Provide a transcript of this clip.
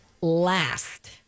last